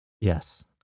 Yes